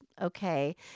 okay